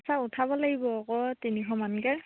আচ্ছা উঠাব লাগিব আকৌ তিনিশ মানকে